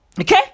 Okay